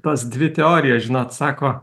tos dvi teorijos žinot sako